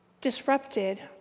disrupted